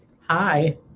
Hi